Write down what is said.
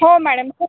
हो मॅळम